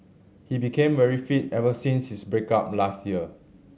he became very fit ever since his break up last year